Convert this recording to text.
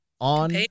on